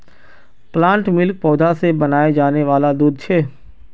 plant milk पौधा से बनाया जाने वाला दूध छे